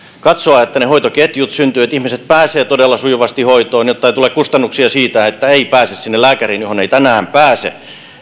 katsoa että ne hoitoketjut syntyvät jotta ihmiset pääsevät todella sujuvasti hoitoon jotta ei tule kustannuksia siitä että ei pääse sinne lääkäriin mihin ei tänään pääse